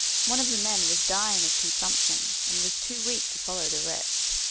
one of the men was dying of consumption, and was too weak to follow the rest.